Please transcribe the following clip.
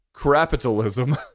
Capitalism